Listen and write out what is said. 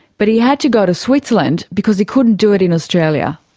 but he had to go to switzerland because he couldn't do it in australia.